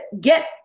get